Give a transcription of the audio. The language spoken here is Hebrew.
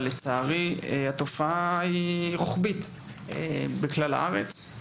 אבל לצערי מדובר בתופעה רוחבית שנוגעת בכלל הארץ.